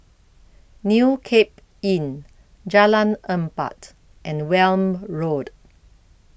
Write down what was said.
New Cape Inn Jalan Empat and Welm Road